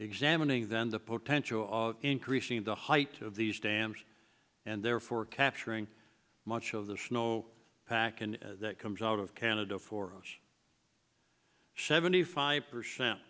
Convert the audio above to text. examining then the potential of increasing the height of these dams and therefore capturing much of the snow pack and that comes out of canada for us seventy five percent